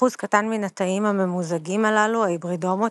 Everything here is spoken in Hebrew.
אחוז קטן מן התאים הממוזגים הללו – ההיברידומות